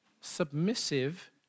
submissive